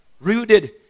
Rooted